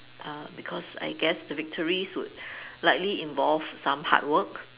uh because I guess the victories would likely involve some hardwork